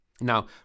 Now